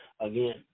Again